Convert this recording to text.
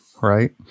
Right